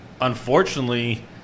unfortunately